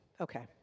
Okay